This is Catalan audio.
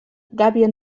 gàbia